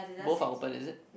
both are open is it